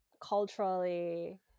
culturally